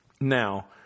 Now